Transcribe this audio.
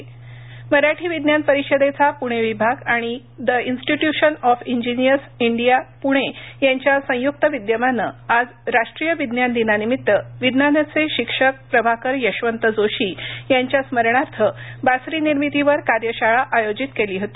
कार्यशाळा मराठी विज्ञान परिषदेचा पुणे विभाग आणि the institution of engineers India Pune यांच्या संयुक्त विद्यमानें आज राष्ट्रीय विज्ञान दिनानिमित्त विज्ञानाचे शिक्षक प्रभाकर यशवंत जोशी यांच्या स्मरणार्थ बासरी निर्मितीवर कार्यशाळा आयोजित केली होती